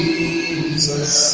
Jesus